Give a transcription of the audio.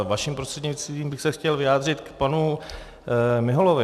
Vaším prostřednictvím bych se chtěl vyjádřit k panu Miholovi.